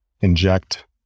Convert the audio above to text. inject